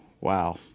Wow